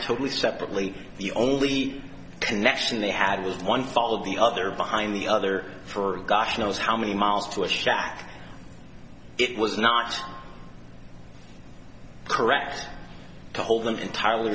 totally separately the only connection they had was one followed the other behind the other for gosh knows how many miles to a shack it was not correct to hold them entirely